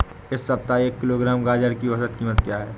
इस सप्ताह एक किलोग्राम गाजर की औसत कीमत क्या है?